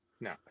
No